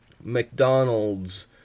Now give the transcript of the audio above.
McDonald's